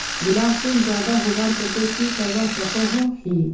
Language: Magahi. गुलाब फूल ज्यादा होबार केते की करवा सकोहो ही?